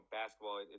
basketball